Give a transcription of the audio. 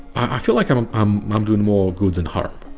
i feel like i'm um um doing more good than harm.